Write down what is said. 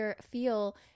feel